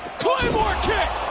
claymore kick.